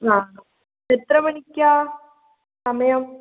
ആ എത്ര മണിക്കാണ് സമയം